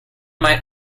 might